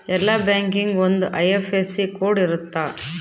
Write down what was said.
ಎಲ್ಲಾ ಬ್ಯಾಂಕಿಗೆ ಒಂದ್ ಐ.ಎಫ್.ಎಸ್.ಸಿ ಕೋಡ್ ಇರುತ್ತ